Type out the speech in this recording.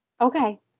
Okay